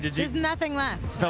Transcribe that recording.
there's nothing left.